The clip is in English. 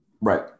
Right